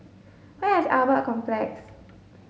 where is Albert Complex